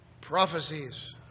prophecies